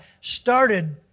Started